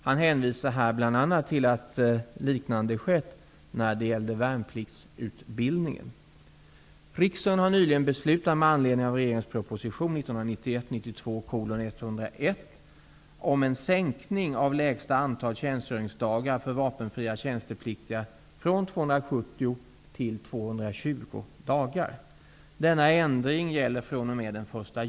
Han hänvisar här bl.a. till att liknande skett när det gällde värnpliktsutbildningen.